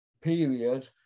period